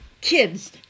kids